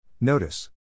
Notice